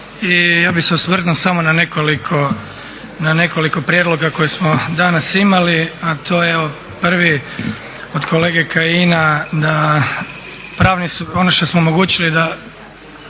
ja bih se osvrnuo samo na nekoliko prijedloga koje smo danas imali, a to je prvi od kolege Kajina da, ono što smo omogućili da,